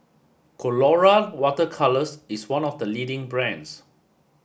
Colora Water Colours is one of the leading brands